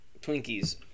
Twinkies